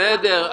בסדר,